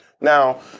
Now